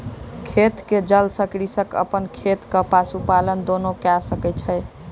खेत के जल सॅ कृषक अपन खेत आ पशुपालन दुनू कय सकै छै